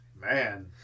Man